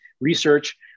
research